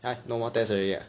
!huh! no more test already ah